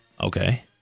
Okay